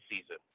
season